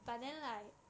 okay